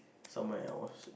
somewhere else